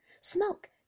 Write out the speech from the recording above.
Smoke